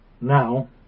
Now